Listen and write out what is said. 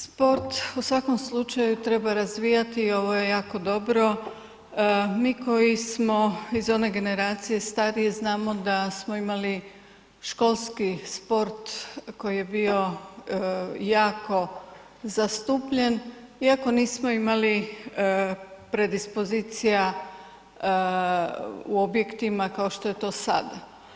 Sport u svakom slučaju treba razvijati i ovo je jako dobro, mi koji smo iz one generacije starije znamo da smo imali školski sport koji je bio jako zastupljen iako nismo imali predispozicija u objektima kao što je to sada.